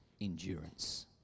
endurance